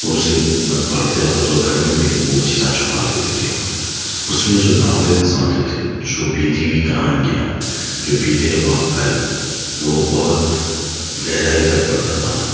اور اسے میں پڑھتے وقت گھر میں میری بوا چیزاں چھپا دیتے تھے اس میں جو ناولز آتے تھے جو بیتی ہوئی کہانیاں جو بیتے ہوا کل وہ بہت گہرائی تک پڑھتا تھا میں